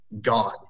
God